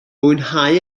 mwynhau